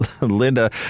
Linda